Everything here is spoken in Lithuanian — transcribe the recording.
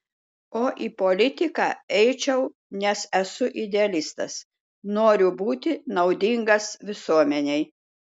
o į politiką eičiau nes esu idealistas noriu būti naudingas visuomenei